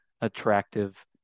attractive